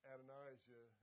Adonijah